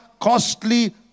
costly